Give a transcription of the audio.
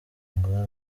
ngo